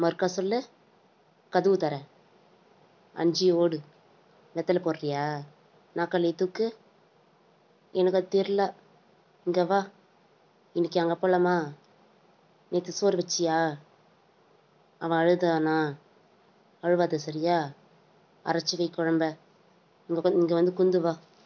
மறுக்கால் சொல் கதவு திற அஞ்சு ஓடு வெத்தலை போடுறீயா நாக்காலிய தூக்கு எனக்கு அது தெரில இங்கே வா இன்னிக்கு அங்கே போகலாமா நேற்று சோறு வச்சியா அவன் அழுதானா அழுவாத சரியா அரைச்சி வை குழம்ப இங்கே வந்து இங்கே வந்து குந்துவா